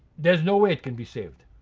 there's no way it can be saved.